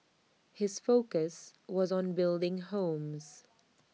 his focus was on building homes